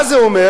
מה זה אומר?